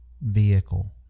vehicle